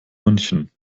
münchen